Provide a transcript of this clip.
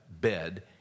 bed